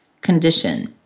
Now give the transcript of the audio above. condition